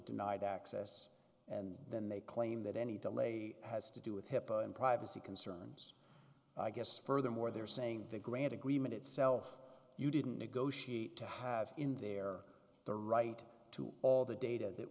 denied access and then they claim that any delay has to do with hipaa and privacy concerns i guess furthermore they're saying the grant agreement itself you didn't negotiate to have in there the right to all the data that